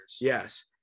Yes